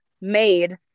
made